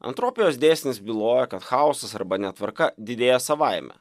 entropijos dėsnis byloja kad chaosas arba netvarka didėja savaime